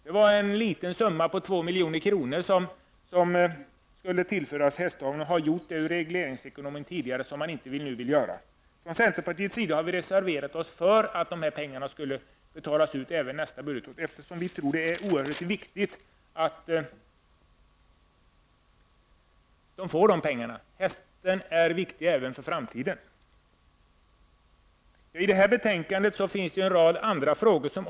Det gällde här en liten summa på 2 milj.kr. som tidigare tillfördes hästaveln av regleringsmedel men som nu inte fanns med i regeringens förslag. I centerpartiet har vi reserverat oss för att dessa pengar skall betalas ut även nästa budgetår, eftersom vi tror att det är oerhört viktigt att hästaveln får dessa pengar. Hästen är viktig även för framtiden. I detta betänkande tas även en rad andra frågor upp.